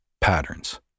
patterns